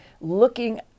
looking